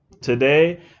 Today